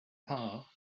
paar